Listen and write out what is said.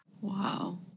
wow